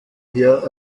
her